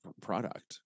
product